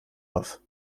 auf